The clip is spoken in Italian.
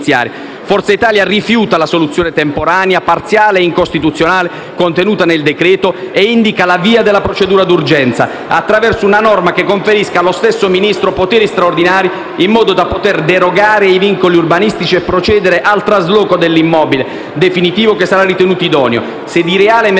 Forza Italia rifiuta la soluzione temporanea, parziale e incostituzionale contenuta nel decreto-legge e indica invece la via della procedura d'urgenza, attraverso una norma che conferisca allo stesso Ministro poteri straordinari, in modo da poter derogare ai vincoli urbanistici e procedere al trasloco nell'immobile definitivo che sarà ritenuto idoneo. Se di reale emergenza si tratta,